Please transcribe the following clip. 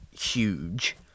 huge